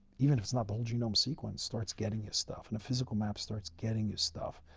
even if it's not the whole genome sequence, starts getting you stuff, and a physical map starts getting you stuff.